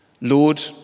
Lord